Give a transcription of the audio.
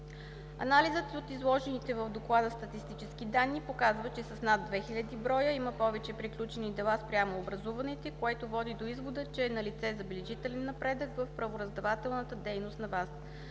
Анализът от изложените в Доклада статистически данни показва, че с над 2000 броя има повече приключени дела спрямо образуваните, което води до извода, че е налице забележителен напредък в правораздавателната дейност на ВАС.